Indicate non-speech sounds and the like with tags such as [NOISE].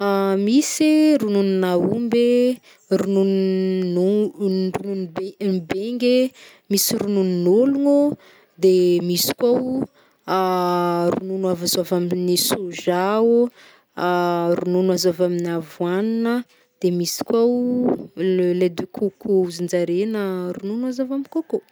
[HESITATION] Misy e, rononon'aomby e, ronon- on- ronon- bia- bingy e, misy rognonon'ôlognô, de misy koa o, [HESITATION] ronono a azo avy ambin'ny sôja o, [HESITATION] ronono avoanina [HESITATION] de misy koa o, le lait de côcô ozinjare na ronono aza avy am côcô.